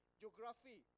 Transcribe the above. geography